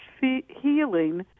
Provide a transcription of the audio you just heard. healing